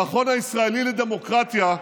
המכון הישראלי לדמוקרטיה,